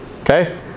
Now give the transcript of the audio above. okay